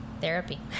Therapy